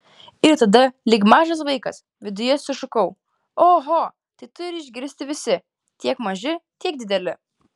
ir tada lyg mažas vaikas viduje sušukau oho tai turi išgirsti visi tiek maži tiek dideli